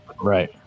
right